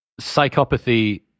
psychopathy